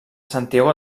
santiago